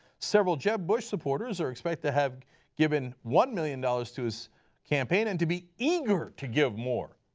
several jeb bush supporters are expected to have given one million dollars to his campaign and to be eager to give more.